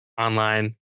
online